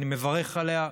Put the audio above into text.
אני מברך עליה,